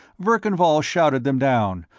verkan vall shouted them down,